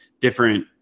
different